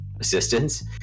assistance